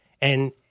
And-